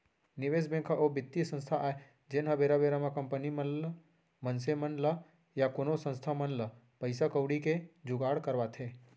निवेस बेंक ह ओ बित्तीय संस्था आय जेनहा बेरा बेरा म कंपनी मन ल मनसे मन ल या कोनो संस्था मन ल पइसा कउड़ी के जुगाड़ करवाथे